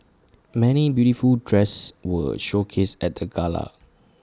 many beautiful dresses were showcased at the gala